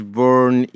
born